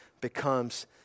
becomes